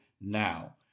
now